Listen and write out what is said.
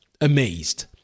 amazed